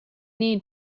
need